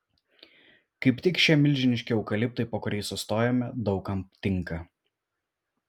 kaip tik šie milžiniški eukaliptai po kuriais sustojome daug kam tinka